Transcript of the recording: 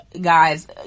guys